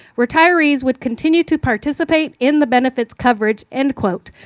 retirees would continue to participate in the benefits coverage, end quote.